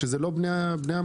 שזה לא בני המקום.